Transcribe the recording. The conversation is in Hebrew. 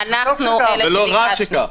נכון, וטוב שכך.